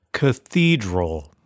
CATHEDRAL